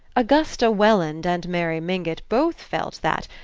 augusta welland and mary mingott both felt that,